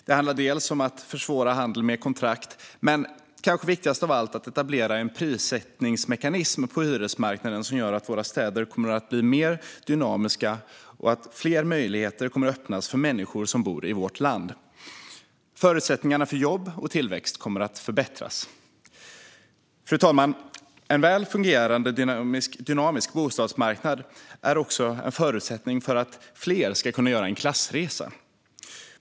Det handlar om att försvåra handel med kontrakt, men kanske viktigast av allt om att etablera en prissättningsmekanism på hyresmarknaden som kommer att göra att våra städer blir mer dynamiska och att fler möjligheter kommer att öppnas för människor som bor i vårt land. Förutsättningarna för jobb och tillväxt kommer att förbättras. Fru talman! En väl fungerande dynamisk bostadsmarknad är också en förutsättning för att fler ska kunna göra en klassresa.